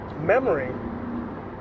Memory